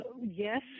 Yes